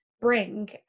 bring